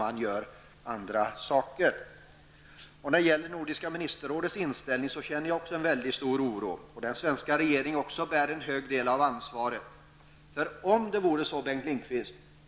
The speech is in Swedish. Jag känner också stor oro vad gäller Nordiska ministerrådets inställning. Den svenska regeringen bär också en stor del av ansvaret för den.